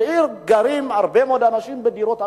גרים בה הרבה מאוד אנשים בדירות "עמיגור".